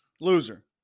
Loser